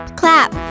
clap